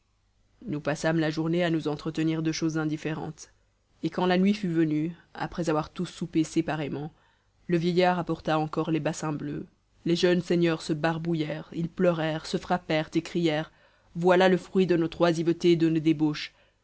nous passâmes la journée à nous entretenir de choses indifférentes et quand la nuit fut venue après avoir tous soupé séparément le vieillard apporta encore les bassins bleus les jeunes seigneurs se barbouillèrent ils pleurèrent se frappèrent et crièrent voilà le fruit de notre oisiveté et de nos débauches